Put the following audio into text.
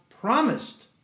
promised